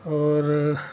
और